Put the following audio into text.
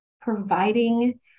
providing